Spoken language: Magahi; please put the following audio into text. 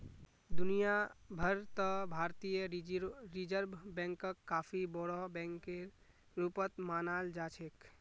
दुनिया भर त भारतीय रिजर्ब बैंकक काफी बोरो बैकेर रूपत मानाल जा छेक